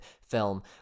film